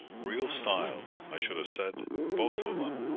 real style, i should have said both of them.